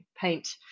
paint